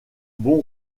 bon